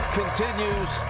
continues